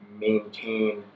maintain